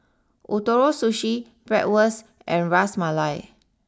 Ootoro Sushi Bratwurst and Ras Malai